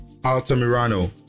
Altamirano